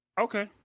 okay